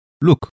Look